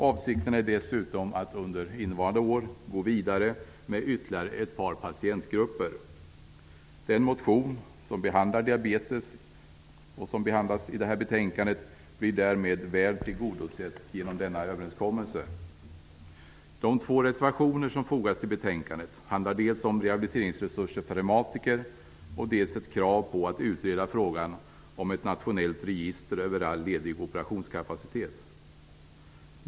Avsikten är dessutom att under innevarande år gå vidare med ytterligare ett par patientgrupper. Den motion som handlar om diabetes och som behandlas i detta betänkande blir därmed väl tillgodosedd genom denna överenskommelse. De två reservationer som fogats till betänkandet handlar dels om rehabiliteringsresurser för reumatiker, dels om ett krav på att frågan om ett nationellt register över all ledig operationskapacitet skall utredas.